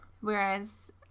Whereas